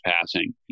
passing